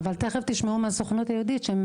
אבל תכף תשמעו מהסוכנות היהודית שהם